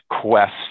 quest